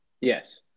Yes